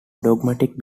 dogmatic